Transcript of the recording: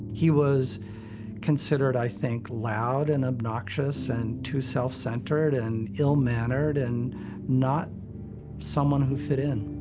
he was considered, i think, loud and obnoxious and too self-centered and ill-mannered and not someone who fit in.